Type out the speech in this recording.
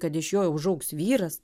kad iš jo užaugs vyras